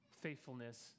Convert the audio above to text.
faithfulness